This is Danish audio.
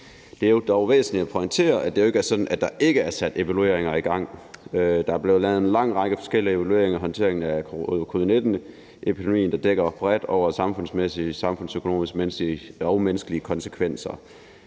Det er dog væsentligt at pointere, at det jo ikke er sådan, at der ikke er sat evalueringer i gang. Der er blevet lavet en lang række forskellige evalueringer af håndteringen af covid-19-epidemien, der bredt dækker de samfundsmæssige, samfundsøkonomiske og menneskelige konsekvenser.